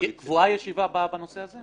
קבועה הישיבה הבאה בנושא הזה?